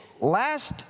last